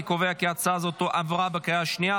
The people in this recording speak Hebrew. אני קובע כי ההצעה הזאת עברה בקריאה השנייה.